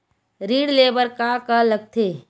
ऋण ले बर का का लगथे?